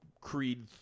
Creed